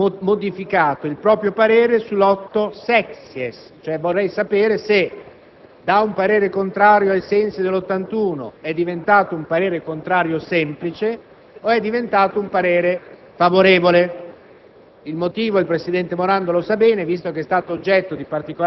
Vorrei capire in che senso la Commissione ha modificato il proprio parere sul comma 8-*sexies*, cioè vorrei sapere se il parere contrario ai sensi dell'articolo 81 è diventato un parere contrario semplice oppure un parere favorevole.